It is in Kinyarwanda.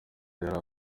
yari